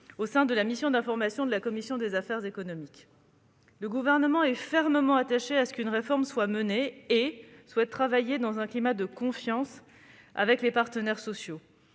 au sein de la mission d'information de la commission des affaires économiques. Le Gouvernement est fermement attaché à ce qu'une réforme soit menée et souhaite travailler dans un climat de confiance avec les partenaires sociaux.